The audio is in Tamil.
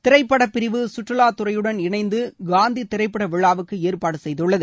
திரைப்படப் பிரிவு கற்றுலா துறையுடன் இணைந்து காந்தி திரைப்பட விழாவுக்கு ஏற்பாடு செய்துள்ளது